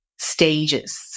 stages